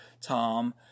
Tom